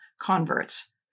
converts